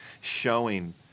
showing